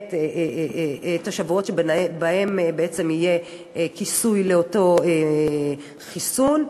את מספר השבועות שלגביהם יהיה כיסוי לאותו חיסון.